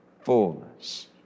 fullness